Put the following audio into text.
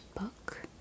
book